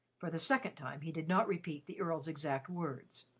for the second time, he did not repeat the earl's exact words.